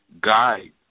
Guide